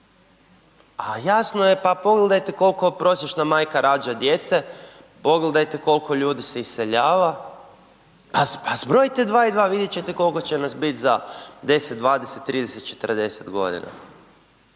a jasno je pa pogledajte kolko prosječna majka rađa djece, pogledajte kolko ljudi se iseljava, pa zbrojite dva i dva vidjet ćete kolko će nas bit za 10, 20, 30, 40 godina.